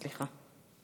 סליחה.